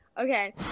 Okay